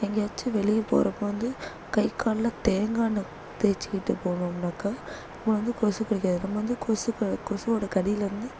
எங்கேயாச்சும் வெளியே போகிறப்ப வந்து கை காலில் தேங்காய் எண்ணெய் தேய்ச்சிகிட்டு போனோம்னாக்கால் நம்மள வந்து கொசு கடிக்காது நம்ம வந்து கொசு கா கொசுவோடய கடியிலிருந்து